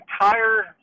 entire